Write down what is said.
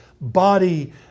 body